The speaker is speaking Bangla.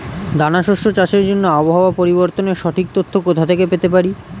দানা শস্য চাষের জন্য আবহাওয়া পরিবর্তনের সঠিক তথ্য কোথা থেকে পেতে পারি?